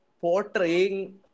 portraying